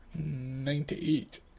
Ninety-eight